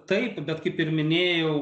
taip bet kaip ir minėjau